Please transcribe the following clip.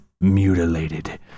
mutilated